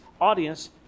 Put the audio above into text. audience